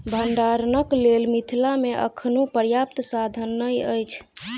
भंडारणक लेल मिथिला मे अखनो पर्याप्त साधन नै अछि